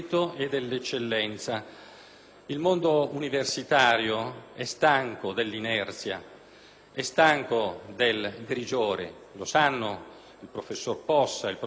Il mondo universitario è stanco dell'inerzia, è stanco del grigiore; lo sanno il professor Possa e il professor Valditara.